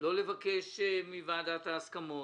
לא הייתה בקשה מוועדת ההסכמות.